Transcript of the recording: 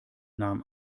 nahm